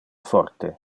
forte